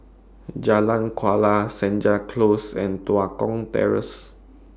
Jalan Kuala Senja Close and Tua Kong Terrace